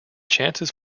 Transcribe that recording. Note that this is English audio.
chances